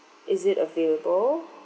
is it available